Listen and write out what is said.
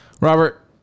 Robert